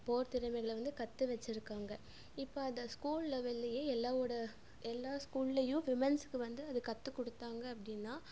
போர் திறமைகளை வந்து கற்று வச்சுருக்காங்க இப்போ அதை ஸ்கூல் லெவல்லேயே எல்லோரோட எல்லா ஸ்கூல்லேயும் விமன்ஸுக்கு வந்து அது கற்றுக் கொடுத்தாங்க அப்படின்னா